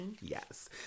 yes